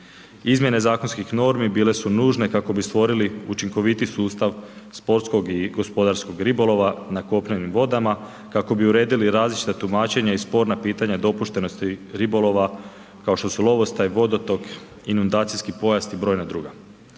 Izmjene zakonskih normi bile su nužne kako bi stvorili učinkovitiji sustav sportskog i gospodarskog ribolova na kopnenim vodama, kako bi uredili različita tumačenja i sporna pitanja dopuštenosti ribolova, kao što su lovostaj, vodotok i inundacijski pojas i brojna druga.